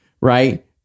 Right